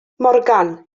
morgan